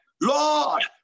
Lord